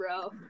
bro